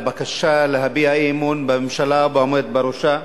לבקשה להביע אי-אמון בממשלה ובעומד בראשה.